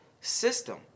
system